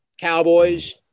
Cowboys